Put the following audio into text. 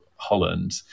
Holland